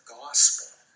gospel